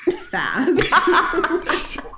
fast